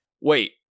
wait